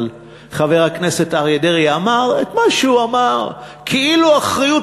אבל חבר הכנסת אריה דרעי אמר את מה שהוא אמר כאילו האחריות